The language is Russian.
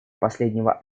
последнего